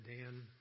Dan